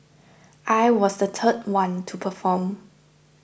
I was the third one to perform